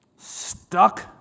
stuck